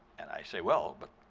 and i say, well, but